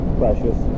precious